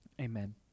Amen